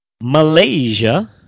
Malaysia